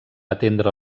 atendre